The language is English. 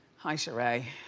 hi sheree,